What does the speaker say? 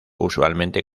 usualmente